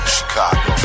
Chicago